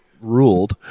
ruled